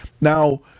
Now